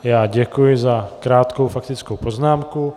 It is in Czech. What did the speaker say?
Já děkuji za krátkou faktickou poznámku.